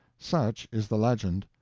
such is the legend.